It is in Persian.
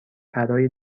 برای